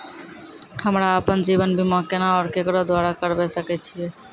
हमरा आपन जीवन बीमा केना और केकरो द्वारा करबै सकै छिये?